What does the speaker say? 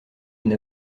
une